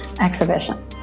exhibition